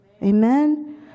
Amen